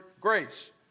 grace